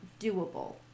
doable